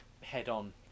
head-on